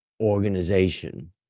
organization